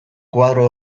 koadro